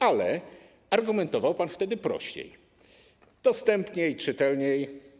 Ale argumentował pan wtedy prościej, dostępniej i czytelniej.